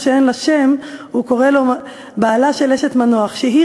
והוא קורא לו "בעלה של אשת מנוח" שהיא